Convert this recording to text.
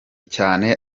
cyane